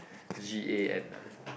G_A_N ah